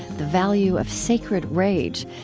the value of sacred rage,